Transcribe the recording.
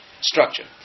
structure